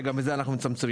וגם בזה אנחנו מצמצמים.